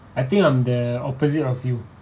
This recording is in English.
I think I'm the opposite of you